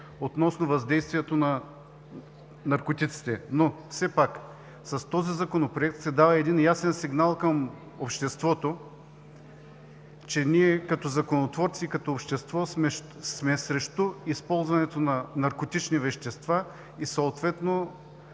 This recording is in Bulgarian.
относно въздействието на наркотиците. Все пак с този Законопроект се дава ясен сигнал към обществото, че ние, като законотворци и като общество, сме срещу използването на наркотични вещества и съответно